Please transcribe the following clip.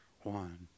One